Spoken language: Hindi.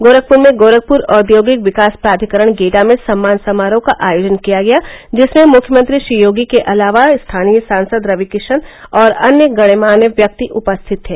गोरखपुर में गोरखपुर औद्योगिक विकास प्राधिकरण गीडा में सम्मान समारोह का आयोजन किया गया जिसमें मुख्यमंत्री श्री योगी के अलावा स्थानीय सांसद रवि किशन और अन्य गणमान्य व्यक्ति उपस्थित थे